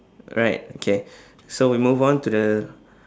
right okay so we move on to the